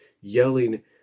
yelling